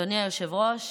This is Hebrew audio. אדוני היושב-ראש,